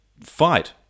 fight